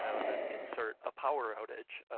and and then insert a power outage,